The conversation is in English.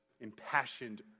impassioned